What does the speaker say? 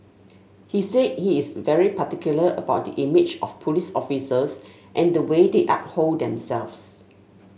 he said he is very particular about the image of police officers and the way they uphold themselves